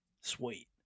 Sweet